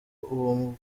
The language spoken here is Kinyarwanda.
uwo